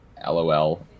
Lol